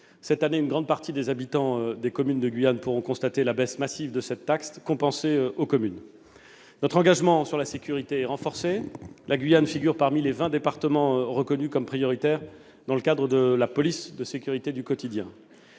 Cette année, une grande partie des habitants des communes de Guyane pourront constater la baisse massive de cette taxe, compensée aux communes. Notre engagement en matière de sécurité est renforcé : la Guyane figure parmi les vingt départements reconnus comme prioritaires dans le cadre de la police de sécurité du quotidien.